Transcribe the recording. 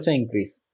increase